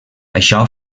això